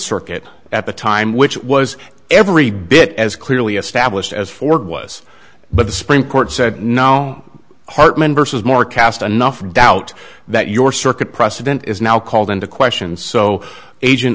circuit at the time which was every bit as clearly established as ford was but the spring court said no hartmann versus more cast enough doubt that your circuit precedent is now called into question so agent